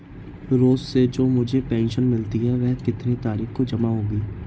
रोज़ से जो मुझे पेंशन मिलती है वह कितनी तारीख को जमा होगी?